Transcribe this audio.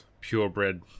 purebred